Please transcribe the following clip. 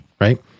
Right